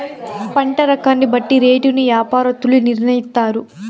పంట రకాన్ని బట్టి రేటును యాపారత్తులు నిర్ణయిత్తారు